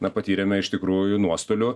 na patyrėme iš tikrųjų nuostolių